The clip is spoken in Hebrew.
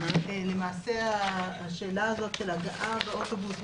למעשה השאלה האת של הגעה באוטובוס,